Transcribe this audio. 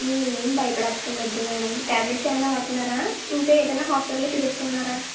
మీరు ఏం భయపడక్కర్లేదు మేడం టాబ్లెట్స్ ఏమైనా వాడుతున్నారా ఇంకా ఏదైనా హాస్పిటల్లో చూపెట్టుకున్నారా